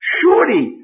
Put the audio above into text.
surely